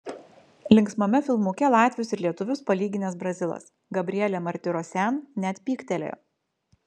linksmame filmuke latvius ir lietuvius palyginęs brazilas gabrielė martirosian net pyktelėjo